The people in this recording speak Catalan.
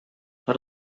per